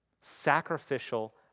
Sacrificial